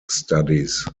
studies